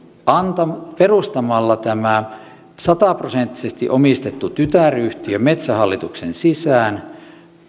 perustamalla tämä sataprosenttisesti omistettu tytäryhtiö metsähallituksen sisään